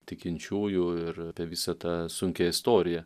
tikinčiųjų ir apie visą tą sunkią istoriją